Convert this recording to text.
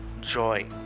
joy